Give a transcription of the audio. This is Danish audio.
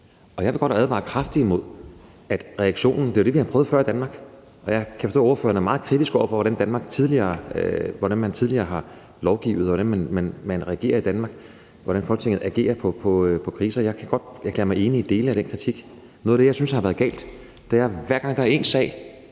hvordan vi kommer videre her, og hvordan vi bliver klogere her. Jeg kan forstå, at ordføreren er meget kritisk over for, hvordan man tidligere har lovgivet, hvordan man reagerer i Danmark, og hvordan Folketinget agerer på kriser. Jeg kan godt erklære mig enig i dele af den kritik. Noget af det, jeg synes har været galt, er, at hver gang der er en sag,